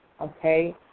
okay